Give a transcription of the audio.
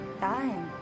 Dying